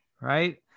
right